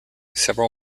several